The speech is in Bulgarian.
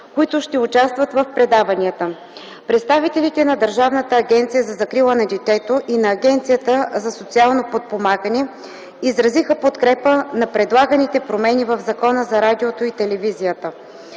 които ще участват в предаванията. Представителите на Държавната агенция за закрила на детето и на Агенцията за социално подпомагане изразиха подкрепа на предлаганите промени в Закона за радиото и телевизията.